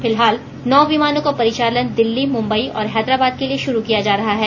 फिलहाल नौ विमानों का परिचालन दिल्ली मुंबई और हैदराबाद के लिए षुरू किया जा रहा है